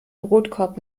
brotkorb